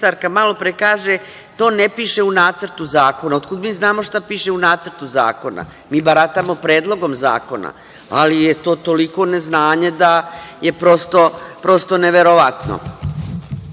malopre kaže – to ne piše u Nacrtu zakona. Otkuda mi znamo šta piše u Nacrtu zakona. Mi baratamo Predlogom zakona. Ali je to toliko neznanje da je prosto neverovatno. Dok